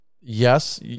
Yes